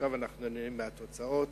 ועכשיו אנחנו נהנים מהתוצאות,